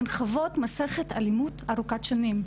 הן חוות מסכת אלימות ארוכת שנים.